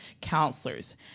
counselors